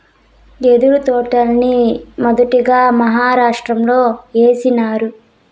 యెదురు తోటల్ని మొదటగా మహారాష్ట్రలో ఏసినారు